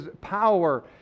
power